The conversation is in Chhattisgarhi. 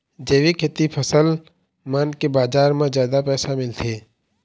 जैविक खेती के फसल मन के बाजार म जादा पैसा मिलथे